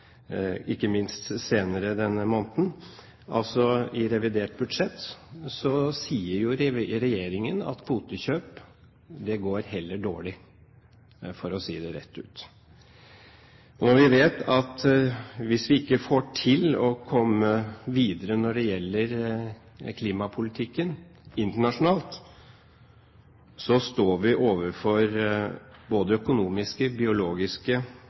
ikke minst senere denne måneden. I revidert budsjett sier regjeringen at kvotekjøp går heller dårlig, for å si det rett ut. Vi vet at hvis vi ikke lykkes i å komme videre i klimapolitikken internasjonalt, vil vi stå overfor både økonomiske, biologiske